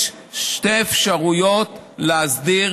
יש שתי אפשרויות להסדיר